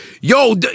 Yo